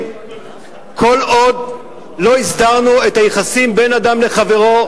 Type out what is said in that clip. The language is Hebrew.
כל עוד לא הסדרנו את היחסים בין אדם לחברו,